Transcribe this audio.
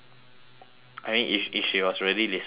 I mean if if she was really listening right